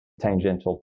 tangential